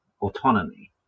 autonomy